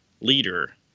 leader